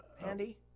Handy